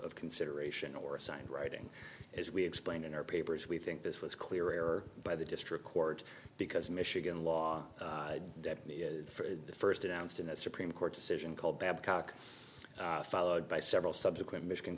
of consideration or assigned writing as we explained in our papers we think this was clear error by the district court because michigan law for the first announced in a supreme court decision called badcock followed by several subsequent michigan